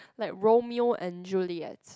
like Romeo and Juliet